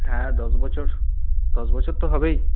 হ্যাঁ দশ বছর দশ বছর তো হবেই